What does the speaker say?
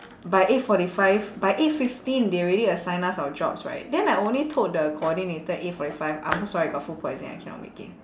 by eight forty five by eight fifteen they already assign us our jobs right then I only told the coordinator eight forty five I'm so sorry I got food poisoning I cannot make it